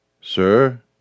Sir